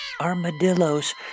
Armadillos